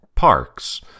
Parks